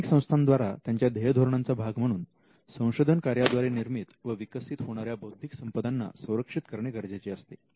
शैक्षणिक संस्थाद्वारा त्यांच्या ध्येयधोरणांचा भाग म्हणून संशोधन कार्याद्वारे निर्मित व विकसित होणाऱ्या बौद्धिक संपदा ना संरक्षित करणे गरजेचे असते